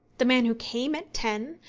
the man who came at ten,